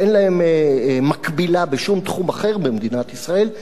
זכויות שאין להן מקבילה בשום תחום אחר במדינת ישראל,